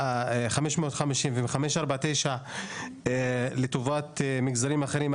570 ו-549 לטובת מגזרים אחרים,